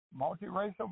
multiracial